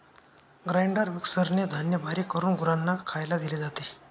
grinder मिक्सरने धान्य बारीक करून गुरांना खायला दिले जाते